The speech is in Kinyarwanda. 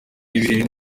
ibiheri